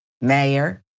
Mayor